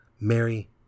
Mary